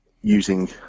using